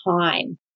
time